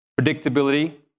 predictability